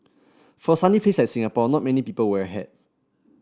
for a sunny place like Singapore not many people wear a hat